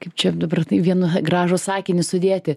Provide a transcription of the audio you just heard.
kaip čia dabar į vieną gražų sakinį sudėti